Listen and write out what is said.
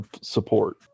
support